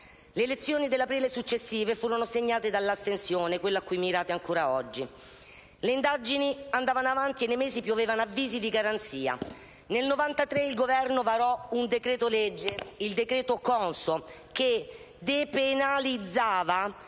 Le elezioni dell'aprile successivo furono segnate dall'astensione, quello cui mirate ancora oggi. Le indagini andavano avanti e nei mesi piovevano avvisi di garanzia. Nel 1993 il Governo varò un decreto-legge - il decreto Conso - che depenalizzava